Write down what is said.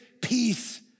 peace